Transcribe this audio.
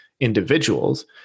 individuals